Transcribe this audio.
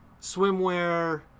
swimwear